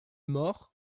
mord